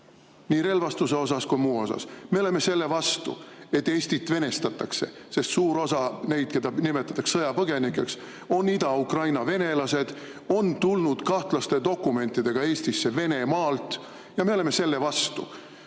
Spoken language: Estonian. nii relvastuse kui ka muu osas. Me oleme selle vastu, et Eestit venestatakse, sest suur osa neid, keda nimetatakse sõjapõgenikeks, on Ida-Ukraina venelased, kes on tulnud kahtlaste dokumentidega Venemaa kaudu Eestisse. Me oleme selle vastu.